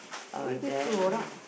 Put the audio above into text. uh then